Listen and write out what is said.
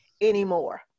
anymore